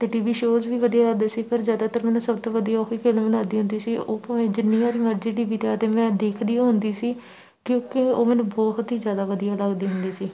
ਅਤੇ T V shows ਵੀ ਵਧੀਆ ਲੱਗਦੇ ਸੀ ਪਰ ਜ਼ਿਆਦਾਤਰ ਮੈਨੂੰ ਸਭ ਤੋਂ ਵਧੀਆ ਉਹੀ ਫਿਲਮ ਲੱਗਦੀ ਹੁੰਦੀ ਸੀ ਉਹ ਭਾਵੇਂ ਜਿੰਨੀ ਵਾਰੀ ਮਰਜ਼ੀ ਟੀ ਵੀ 'ਤੇ ਆਏ ਅਤੇ ਮੈਂ ਦੇਖਦੀ ਹੁੰਦੀ ਸੀ ਕਿਉਂਕਿ ਉਹ ਮੈਨੂੰ ਬਹੁਤ ਹੀ ਜ਼ਿਆਦਾ ਵਧੀਆ ਲੱਗਦੀ ਹੁੰਦੀ ਸੀ